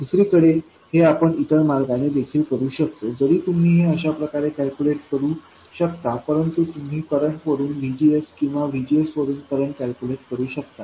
दुसरीकडे हे आपण इतर मार्गाने देखील करू शकतो जरी तुम्ही हे अशाप्रकारे कॅल्क्युलेट करू शकता परंतु तुम्ही करंट वरूनVGSकिंवाVGSवरून करंट कॅल्क्युलेट करू शकता